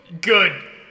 good